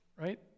right